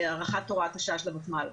הארכת הוראת השעה של הוותמ"ל.